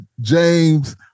James